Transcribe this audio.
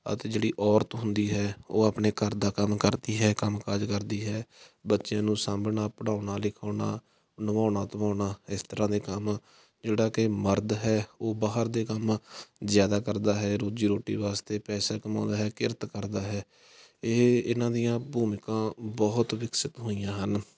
ਅਤੇ ਜਿਹੜੀ ਔਰਤ ਹੁੰਦੀ ਹੈ ਉਹ ਆਪਣੇ ਘਰ ਦਾ ਕੰਮ ਕਰਦੀ ਹੈ ਕੰਮ ਕਾਜ ਕਰਦੀ ਹੈ ਬੱਚਿਆਂ ਨੂੰ ਸਾਂਭਣਾ ਪੜ੍ਹਾਉਣਾ ਲਿਖਾਉਣਾ ਨਵਾਉਣਾ ਧਵਾਉਣਾ ਇਸ ਤਰ੍ਹਾਂ ਦੇ ਕੰਮ ਜਿਹੜਾ ਕਿ ਮਰਦ ਹੈ ਉਹ ਬਾਹਰ ਦੇ ਕੰਮ ਜ਼ਿਆਦਾ ਕਰਦਾ ਹੈ ਰੋਜ਼ੀ ਰੋਟੀ ਵਾਸਤੇ ਪੈਸੇ ਕਮਾਉਂਦਾ ਹੈ ਕਿਰਤ ਕਰਦਾ ਹੈ ਇਹ ਇਹਨਾਂ ਦੀਆਂ ਭੂਮਿਕਾਵਾਂ ਬਹੁਤ ਵਿਕਸਿਤ ਹੋਈਆਂ ਹਨ